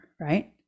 right